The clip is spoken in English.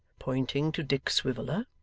pointing to dick swiveller.